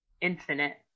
infinite